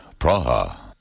Praha